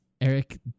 Eric